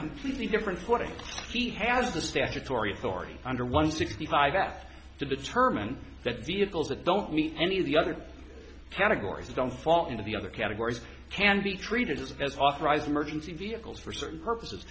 completely different footing he has the statutory authority under one sixty five that to determine that vehicles and don't meet any of the other categories don't fall into the other categories can be treated as authorized emergency vehicles for certain purposes